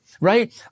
right